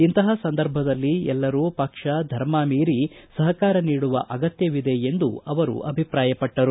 ಇಂತಹ ಸಂದರ್ಭದಲ್ಲಿ ಎಲ್ಲರೂ ಪಕ್ಷ ಧರ್ಮ ಮೀರಿ ಸಹಕಾರ ನೀಡುವ ಅಗತ್ತವಿದೆ ಎಂದು ಅವರು ಅಭಿಪ್ರಾಯಪಟ್ಟರು